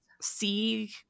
see